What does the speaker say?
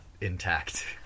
intact